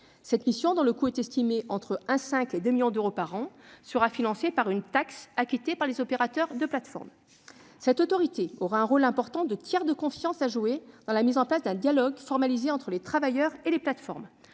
Cette mission, dont le coût est estimé entre 1,5 et 2 millions d'euros par an, sera financée par une taxe acquittée par les opérateurs de plateformes. Cette autorité aura un rôle important de tiers de confiance à jouer dans la mise en place d'un dialogue formalisé entre les travailleurs et les plateformes.